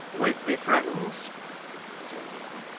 with my friends returned the other.